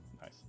nice